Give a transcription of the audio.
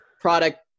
product